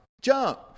Jump